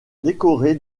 décoré